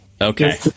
Okay